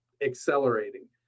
accelerating